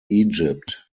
egypt